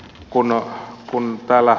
ihan muuten vain